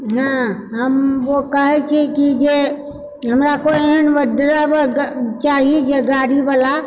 हँ हम वो कहैत छियै कि जे हमरा कोइ एहन ड्राइवर चाही जे गाड़ीबला